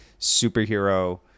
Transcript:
superhero